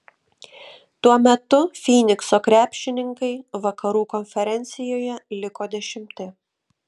tuo metu fynikso krepšininkai vakarų konferencijoje liko dešimti